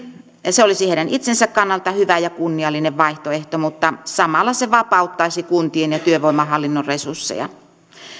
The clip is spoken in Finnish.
se olisi heidän itsensä kannalta hyvä ja kunniallinen vaihtoehto mutta samalla se vapauttaisi kuntien ja työvoimahallinnon resursseja